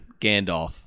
Gandalf